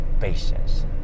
patience